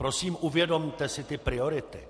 Prosím, uvědomte si priority.